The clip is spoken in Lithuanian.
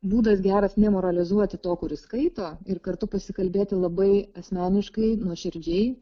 būdas geras nemoralizuoti to kuris skaito ir kartu pasikalbėti labai asmeniškai nuoširdžiai